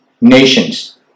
nations